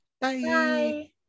Bye